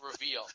reveal